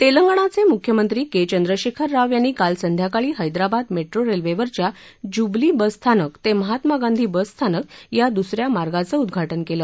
तेलंगणाचे मुख्यमंत्री के चंद्रशेखर राव यांनी काल संध्याकाळी हैदराबाद मेट्रो रेल्वेवरच्या जुबली बस स्थानक ते महात्मा गांधी बस स्थानक या दुसऱ्या मार्गाचं उद्घाटन केलं